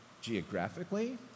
geographically